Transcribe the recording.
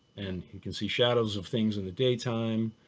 and he can see shadows of things in the daytime.